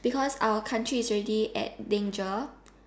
because our country is already at danger